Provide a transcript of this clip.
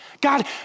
God